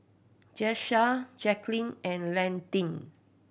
Jasiah Jaquelin and Landyn